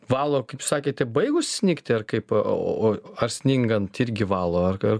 valo kaip sakėte baigus snigti ar kaip o ar sningant irgi valo ar ar